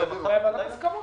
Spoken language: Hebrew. בוועדת ההסכמות.